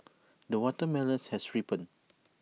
the watermelon has ripened